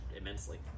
immensely